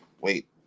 wait